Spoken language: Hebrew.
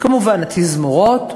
כמובן התזמורות,